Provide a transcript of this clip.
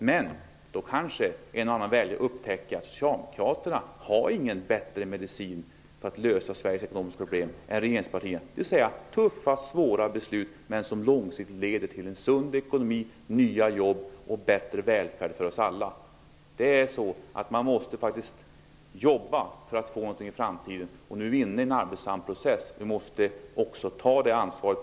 Men då kanske en och annan väljare upptäcker att Socialdemokraterna inte har någon bättre medicin för att lösa Sveriges problem än regeringspartierna har, dvs. tuffa och svåra beslut, som långsiktigt leder till en sund ekonomi, nya jobb och bättre välfärd för oss alla. Man måste faktiskt jobba för att få någonting i framtiden. Nu är vi inne i en arbetsam process, och vi måste ta ansvaret.